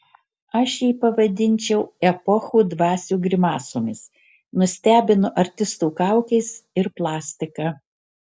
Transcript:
aš jį pavadinčiau epochų dvasių grimasomis nustebino artistų kaukės ir plastika